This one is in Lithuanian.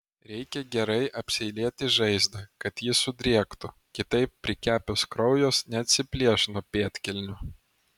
reikia gerai apseilėti žaizdą kad ji sudrėktų kitaip prikepęs kraujas neatsiplėš nuo pėdkelnių